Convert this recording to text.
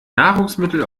nahrungsmittel